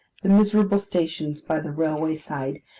the miserable stations by the railway side,